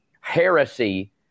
heresy